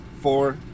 Four